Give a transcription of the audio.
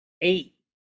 eight